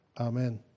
Amen